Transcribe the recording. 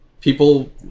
People